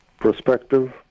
perspective